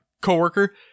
co-worker